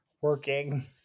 working